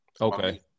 Okay